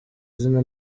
izina